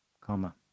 comma